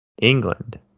England